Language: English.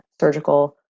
surgical